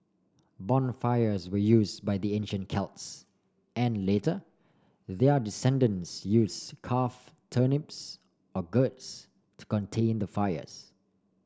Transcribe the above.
bonfires were use by the ancient Celts and later their descendents use carve turnips or gourds to contain the fires